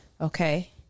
Okay